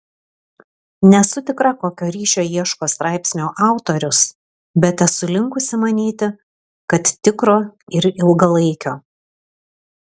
nesu tikra kokio ryšio ieško straipsnio autorius bet esu linkusi manyti kad tikro ir ilgalaikio